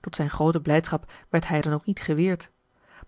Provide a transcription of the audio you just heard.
tot zijne groote blijdschap werd hij dan ook niet geweerd